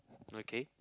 okay